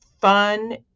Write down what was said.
fun